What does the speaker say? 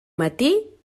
matí